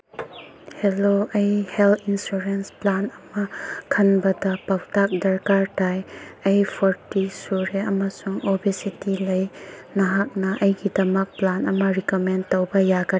hello ꯑꯩ health insurance plan ꯑꯃ ꯈꯟꯕꯗ ꯄꯥꯎꯇꯥꯛ ꯗꯔꯀꯥꯔ ꯇꯥꯏ ꯑꯩ ꯐꯣꯔꯇꯤ ꯁꯨꯔꯦ ꯑꯃꯁꯨꯡ ꯑꯣꯕꯦꯁꯤꯇꯤ ꯂꯩ ꯅꯍꯥꯛꯅ ꯑꯩꯒꯤꯗꯃꯛ ꯄ꯭ꯂꯥꯟ ꯑꯃ ꯔꯤꯀꯃꯦꯟ ꯇꯧꯕ ꯌꯥꯒ